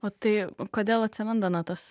o tai kodėl atsiranda na tas